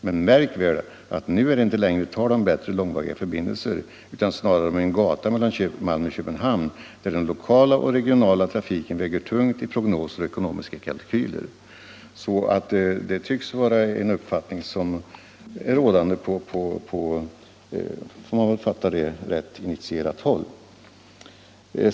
Men märk väl, att nu är det inte längre tal om Måndagen den bättre långväga förbindelser utan snarare om en gata mellan Malmö och 5 maj 1975 Köpenhamn där den lokala och regionala trafiken väger tungt i prognoser och ekonomiska kalkyler.” Man får väl ta detta som en uppfattning från Om en fast rätt initierat håll.